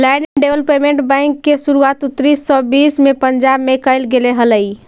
land development bank के शुरुआत उन्नीस सौ बीस में पंजाब में कैल गेले हलइ